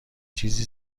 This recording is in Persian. چیزی